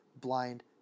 blind